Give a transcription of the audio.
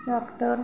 tractor